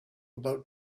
about